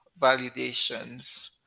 validations